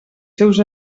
seus